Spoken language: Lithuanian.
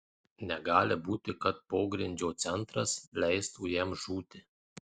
negali būti kad pogrindžio centras leistų jam žūti